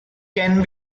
can